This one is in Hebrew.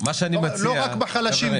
לא רק בחלשים,